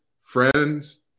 friends